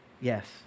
yes